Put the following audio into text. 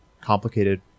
complicated